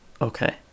Okay